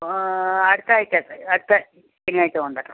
അടുത്താഴ്ച്ച അടുത്ത ശനിയാഴ്ച്ച കൊണ്ടുവരണം